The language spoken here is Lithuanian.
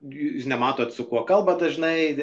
jūs nematot su kuo kalbat dažnai